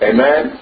Amen